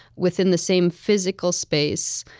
within the same physical space.